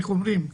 איך אומרים?